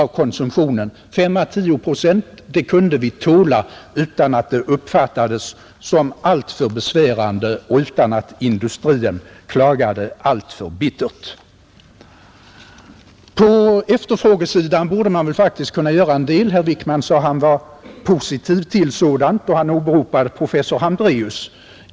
Vi kunde tåla 5 å 10 procents reduktion utan att det uppfattades som alltför besvärande och utan att industrin klagade alltför bittert. På efterfrågesidan borde man faktiskt kunna göra en del. Herr Wickman sade att han var positiv i det fallet och åberopade i sammanhanget professor Hambre&us.